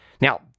Now